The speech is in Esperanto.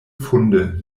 funde